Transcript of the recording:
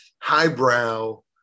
highbrow